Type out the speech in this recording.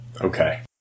Okay